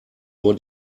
nur